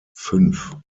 fünf